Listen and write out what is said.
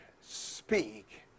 speak